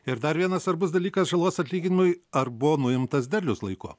ir dar vienas svarbus dalykas žalos atlyginimui ar buvo nuimtas derlius laiku